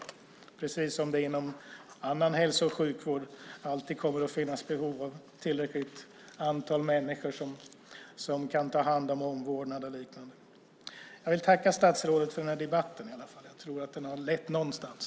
Det är precis som det inom annan hälso och sjukvård alltid kommer att finnas behov av tillräckligt antal människor som kan ta hand om omvårdnaden och liknande. Jag vill tacka statsrådet för debatten. Jag tror att den har lett någonstans.